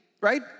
right